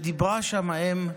דיברה שם האם על